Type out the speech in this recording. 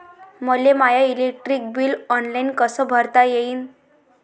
मले my electric bill online कस भरता येईन?